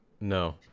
No